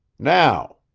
now.